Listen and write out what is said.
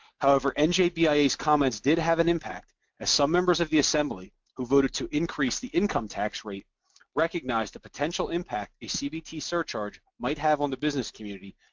however, njbia's comments did have an impact as some members of the assembly, who voted to increase the income tax rate recognized the potential impact the cbt surcharge might have on the business community,